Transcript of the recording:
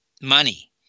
money